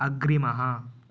अग्रिमः